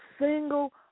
single